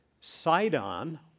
Sidon